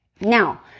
Now